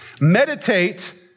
Meditate